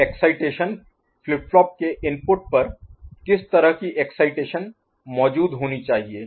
तो excitation flip flop के input पर किस तरह की एक्साइटेशन मौजूद होनी चाहिए